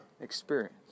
experience